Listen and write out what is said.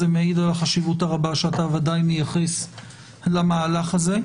זה מעיד על החשיבות הרבה שאתה ודאי מייחס למהלך הזה.